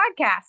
podcast